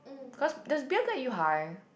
cause does beer get you high